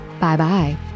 Bye-bye